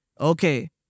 okay